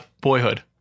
Boyhood